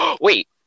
Wait